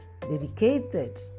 dedicated